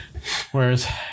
Whereas